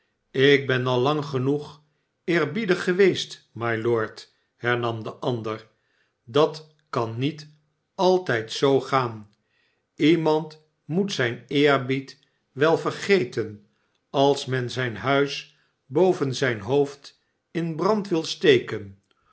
ikbenallang genoeg eerbiedig geweest mylord hernam de ander dat kan niet altijd zoo gaan iemand moet zijn eerbied wel vergeten als men zijn huis boven zijn hoofd in brand wil steken